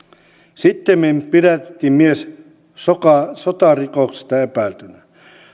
sittemmin pidätettiin mies sotarikoksista epäiltynä